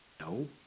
No